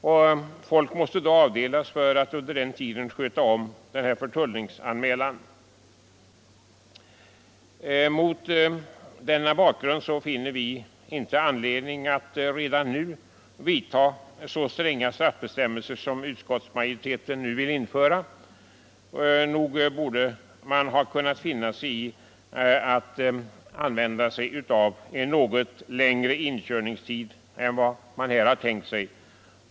Särskilda personer måste då avdelas för att sköta om förtullningsanmälningar. Mot denna bakgrund finner vi inte anledning att redan nu föreskriva så stränga straffbestämmelser som utskottsmajoriteten vill införa. Man borde ha kunnat tillämpa en något längre inkörningstid än vad som nu förutsatts.